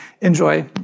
enjoy